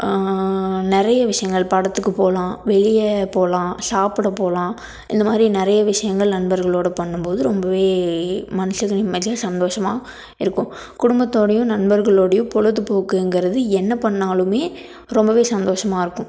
நிறைய விஷயங்கள் படத்துக்குப் போகலாம் வெளிய போகலாம் சாப்புடப் போகலாம் இந்தமாதிரி நிறைய விஷயங்கள் நண்பர்களோட பண்ணும் போது ரொம்பவே மனசுக்கு நிம்மதியா சந்தோஷமா இருக்கும் குடும்பத்தோடையும் நண்பர்களோடையும் பொழுதுபோக்குங்கிறது என்ன பண்ணாலுமே ரொம்பவே சந்தோஷமாக இருக்கும்